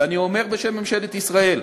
ואני אומר בשם ממשלת ישראל: